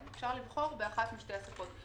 אפשר לבחור באחת משתי השפות.